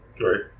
right